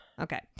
okay